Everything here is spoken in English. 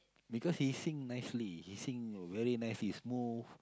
because he sing nicely he sing very nicely smooth